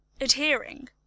adhering